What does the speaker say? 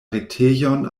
retejon